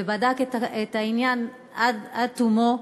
ובדק את העניין עד תומו.